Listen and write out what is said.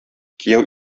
кияү